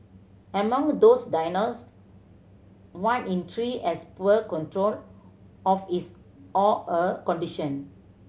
among those diagnosed one in three has poor control of his or her condition